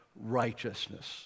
righteousness